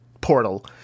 Portal